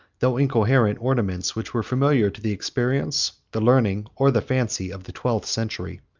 though incoherent, ornaments which were familiar to the experience, the learning, or the fancy, of the twelfth century.